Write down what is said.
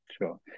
Sure